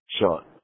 shot